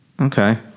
Okay